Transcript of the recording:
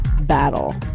battle